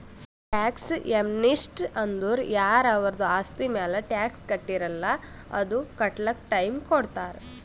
tax amnesty ಅಂದುರ್ ಯಾರ ಅವರ್ದು ಆಸ್ತಿ ಮ್ಯಾಲ ಟ್ಯಾಕ್ಸ್ ಕಟ್ಟಿರಲ್ಲ್ ಅದು ಕಟ್ಲಕ್ ಟೈಮ್ ಕೊಡ್ತಾರ್